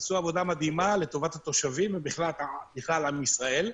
עשו עבודה מדהימה לטובת התושבים ובכלל עם ישראל.